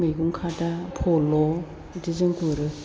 मैगं खादा फल' बिदिजों गुरो